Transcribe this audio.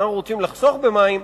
אנחנו רוצים לחסוך במים,